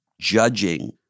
judging